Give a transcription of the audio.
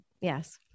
Yes